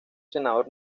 senador